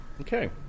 Okay